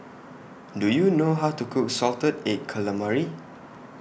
Do YOU know How to Cook Salted Egg Calamari